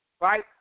Right